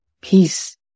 peace